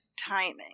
timing